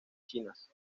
chinas